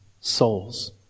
souls